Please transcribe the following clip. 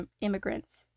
immigrants